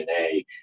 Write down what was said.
dna